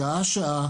שעה שעה,